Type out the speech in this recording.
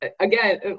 again